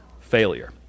failure